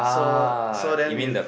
so so then we